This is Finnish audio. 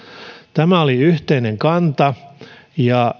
tämä oli yhteinen kanta ja